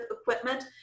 equipment